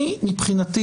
אני מבחינתי